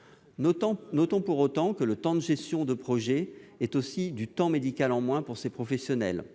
terrain. Reste que le temps de gestion de projets est aussi du temps médical en moins pour les professionnels. À cet égard,